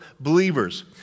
Believers